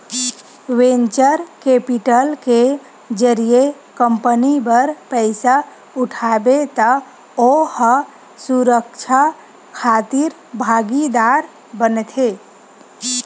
venture capital के जरिए company बर पइसा उठाबे त ओ ह सुरक्छा खातिर भागीदार बनथे